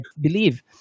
believe